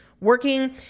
working